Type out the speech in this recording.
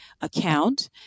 account